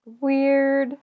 Weird